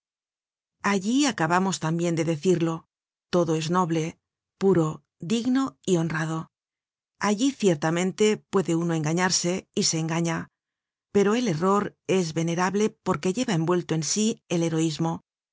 allí acabamos tambien de decirlo todo es noble puo digno y honrado allí ciertamente puede uno engañarse y se engaña pero el error es venerable porque lleva envuelto en sí el heroismo